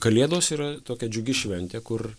kalėdos yra tokia džiugi šventė kur